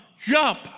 jump